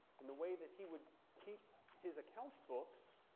and the way that he would keep his accounts books